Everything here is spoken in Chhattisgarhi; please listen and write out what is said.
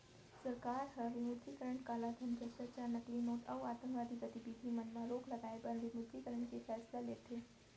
सरकार ह विमुद्रीकरन कालाधन, भस्टाचार, नकली नोट अउ आंतकवादी गतिबिधि मन म रोक लगाए बर विमुद्रीकरन के फैसला लेथे